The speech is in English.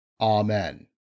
Amen